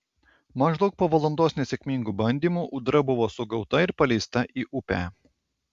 maždaug po valandos nesėkmingų bandymų ūdra buvo sugauta ir paleista į upę